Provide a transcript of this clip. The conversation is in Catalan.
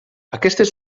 aquestes